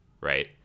Right